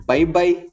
Bye-bye